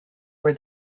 were